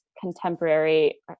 contemporary